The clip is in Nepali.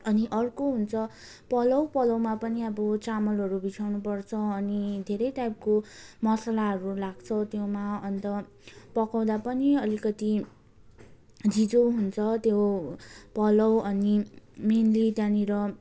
अनि अर्को हुन्छ पलाउ पलाउमा पनि अब चामलहरू भिजाउनुपर्छ अनि धेरै टाइपको मसलाहरू लाग्छ त्यसमा अन्त पकाउँदा पनि अलिकति झिँजो हुन्छ त्यो पलाउ अनि मेन्ली त्यहाँनिर